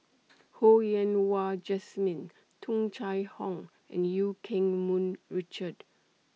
Ho Yen Wah Jesmine Tung Chye Hong and EU Keng Mun Richard